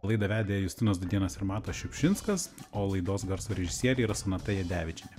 laidą vedė justinas dudėnas ir matas šiupšinskas o laidos garso režisieriai yra sonata jadevičienė